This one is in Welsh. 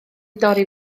dorri